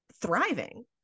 thriving